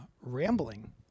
rambling